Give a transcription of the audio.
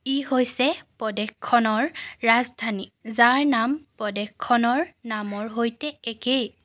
ই হৈছে প্ৰদেশখনৰ ৰাজধানী যাৰ নাম প্ৰদেশখনৰ নামৰ সৈতে একে